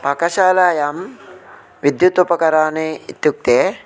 पाकशालायां विद्युत् उपकरणानि इत्युक्ते